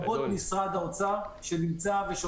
השינוי המבני ועבודה על בסיס אימפקט וזה אומר שגוף